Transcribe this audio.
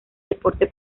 deporte